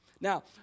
Now